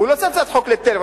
הוא לא עושה הצעת חוק לטלפון,